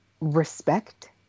respect